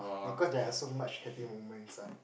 because there are so much happy memories ah